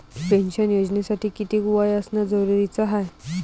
Pension योजनेसाठी कितीक वय असनं जरुरीच हाय?